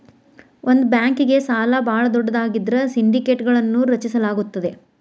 ಒಂದ ಬ್ಯಾಂಕ್ಗೆ ಸಾಲ ಭಾಳ ದೊಡ್ಡದಾಗಿದ್ರ ಸಿಂಡಿಕೇಟ್ಗಳನ್ನು ರಚಿಸಲಾಗುತ್ತದೆ